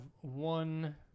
one